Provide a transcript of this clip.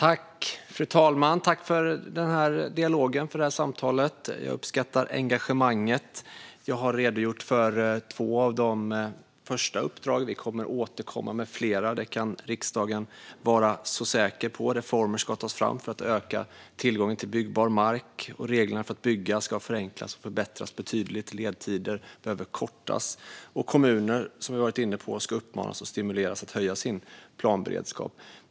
Fru talman! Tack, ledamöterna, för det här samtalet! Jag uppskattar engagemanget. Jag har redogjort för två av de första uppdragen. Vi kommer att återkomma med flera - det kan riksdagen vara så säker på. Reformer ska tas fram för att öka tillgången till byggbar mark, och reglerna för att bygga ska förenklas och förbättras betydligt. Ledtiderna behöver kortas. Kommuner ska, som vi har varit inne på, uppmanas och stimuleras att höja sin planberedskap.